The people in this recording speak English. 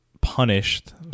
punished